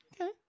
Okay